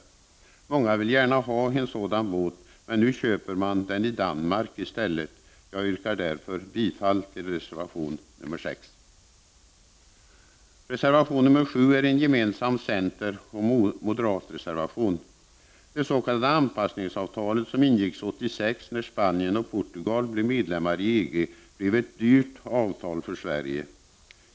Det finns många som gärna vill ha en sådan båt, men som nu köper den i Danmark i stället. Jag yrkar därför bifall till reservation 6. Reservation 7 är en gemensam centeroch moderatreservation. Det s.k. anpassningsavtalet som ingicks 1986 när Spanien och Portugal blev medlemmar i EG blev ett dyrt avtal för Sverige.